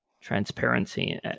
transparency